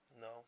No